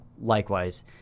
likewise